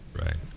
right